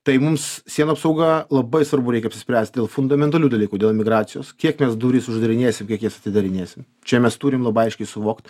tai mums sienų apsauga labai svarbu reikia apsispręst dėl fundamentalių dalykų dėl imigracijos kiek mes duris uždarinėsim kiek jas atidarinėsim čia mes turim labai aiškiai suvokt